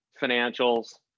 financials